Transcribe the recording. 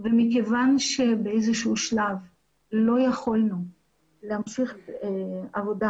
מכיוון שבאיזשהו שלב לא יכולנו להמשיך עבודה